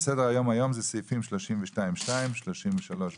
על סדר היום זה סעיפים 32(2) ו-33(ב),